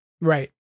right